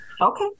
Okay